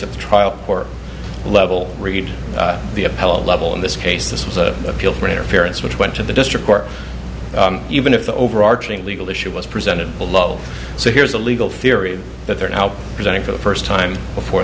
the trial court level read the appellate level in this case this was a appeal for interference which went to the district court even if the overarching legal issue was presented below so here's a legal theory that they're now presenting for the first time before